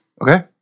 Okay